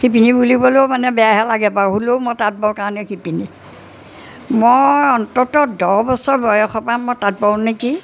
শিপিনী বুলিবলৈও মানে বেয়াহে লাগে বাৰু হ'লেও মই তাঁত বওঁ কাৰণে শিপিনী মই অন্ততঃ দহ বছৰ বয়সৰপৰা মই তাঁত বওঁ নেকি